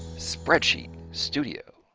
spreadsheet studio.